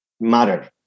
matter